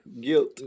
Guilt